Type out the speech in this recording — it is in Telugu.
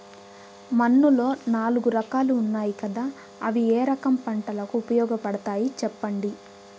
మన్నులో నాలుగు రకాలు ఉన్నాయి కదా అవి ఏ రకం పంటలకు ఉపయోగపడతాయి చెప్పండి?